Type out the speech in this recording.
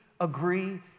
agree